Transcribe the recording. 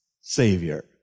Savior